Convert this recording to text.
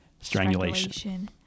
Strangulation